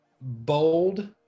bold